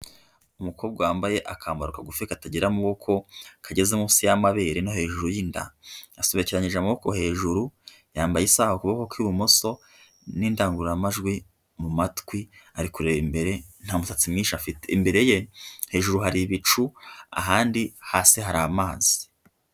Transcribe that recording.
Umukobwa wambaye akambaro kagufi katagira amaboko kageze munsi y'amabere no hejuru y'inda, asobekeranyije amaboko hejuru, yambaye isaha ku kuboko kw'ibumoso n'indangururamajwi mu matwi ari kureba imbere nta musatsi mwinshi afite, imbere ye hejuru hari ibicu ahandi hasi hari amazi.